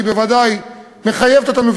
שהיא בוודאי מחייבת אותנו,